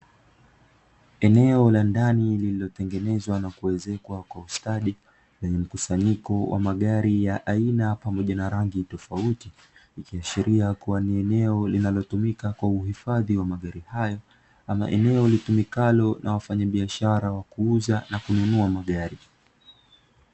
Eneo la ndani lililotengenezwa na kuezekwa kwa ustadi lenye mkusanyiko wa magari ya aina pamoja na rangi tofauti, ikiashiria kuwa ni eneo linalotumika kwa uhifadhi ya magari hayo. Ama eneo litumikalo na wafanyabiashara wa kuuza na kununua magari.